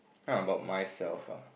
how about myself ah